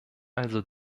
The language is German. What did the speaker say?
also